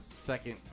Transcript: second